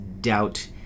doubt